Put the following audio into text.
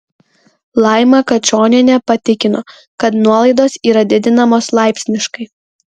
laima kačonienė patikino kad nuolaidos yra didinamos laipsniškai